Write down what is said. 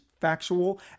factual